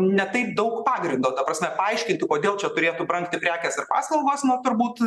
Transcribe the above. ne taip daug pagrindo ta prasme paaiškinti kodėl čia turėtų brangti prekės ar paslaugos na turbūt